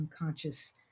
unconscious